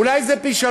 אולי זה פי-3.5,